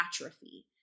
atrophy